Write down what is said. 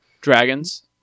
dragons